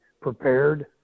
prepared